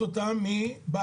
אז מה אתה מציע?